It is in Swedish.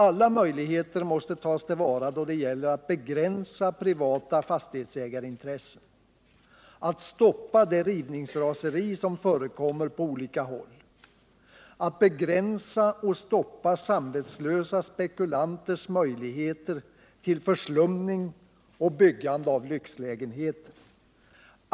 Alla möjligheter måste tas till vara då det gäller att begränsa privata fastighetsägarintressen, att stoppa det rivningsraseri som förekommer på olika håll, att begränsa och stoppa samvetslösa spekulanters möjligheter till förslumning och byggande av lyxlägenheter.